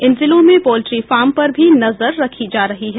इन जिलों में poultry farm पर भी नजर रखी जा रही है